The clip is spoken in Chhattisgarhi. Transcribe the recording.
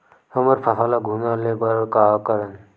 हमर फसल ल घुना ले बर का करन?